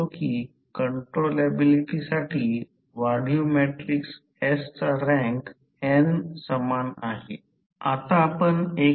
तर V2 a V2 0जे दुय्यम व्होल्टेज आहे जेव्हा भार टाकले जाते तेव्हा V2 0 E2आहे